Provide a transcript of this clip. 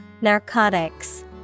Narcotics